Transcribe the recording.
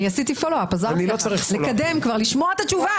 עשיתי פולו אפ, עזרתי לקדם, כבר לשמוע את התשובה.